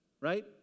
right